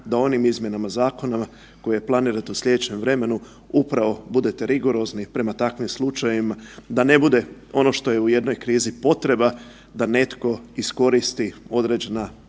da onim izmjenama zakona koje planirate u slijedećem vremenu upravo budete rigorozni prema takvim slučajevima da ne bude ono što je u jednoj krizi potreba da netko iskoristi određena